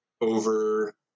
over